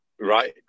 Right